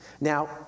Now